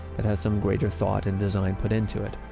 that has some greater thought and design put into it.